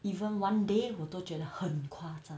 even one day 我都觉得很夸张